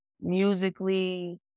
musically